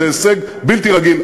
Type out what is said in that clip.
זה הישג בלתי רגיל.